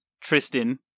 Tristan